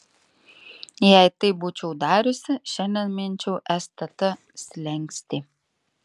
jei taip būčiau dariusi šiandien minčiau stt slenkstį